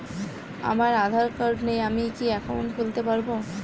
আমার আধার কার্ড নেই আমি কি একাউন্ট খুলতে পারব?